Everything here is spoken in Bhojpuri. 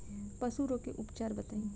पशु रोग के उपचार बताई?